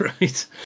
Right